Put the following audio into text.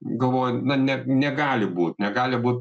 galvoju na ne negali būt negali būt